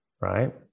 right